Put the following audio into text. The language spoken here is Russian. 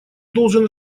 должен